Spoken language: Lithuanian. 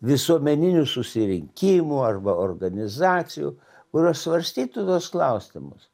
visuomeninių susirinkimų arba organizacijų kurios svarstytų tuos klausimus